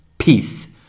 Peace